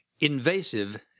Invasive